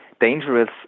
dangerous